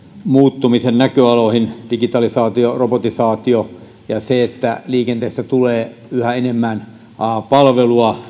muuttumisen näköaloihin digitalisaatio robotisaatio ja se että liikenteestä tulee yhä enemmän a palvelua